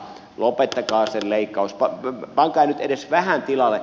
lopettakaa sen leikkaus pankaa nyt edes vähän tilalle